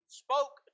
spoke